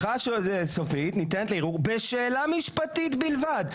ההכרעה סופית ניתנת לערעור בשאלה משפטית בלבד.